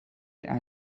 either